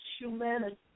humanity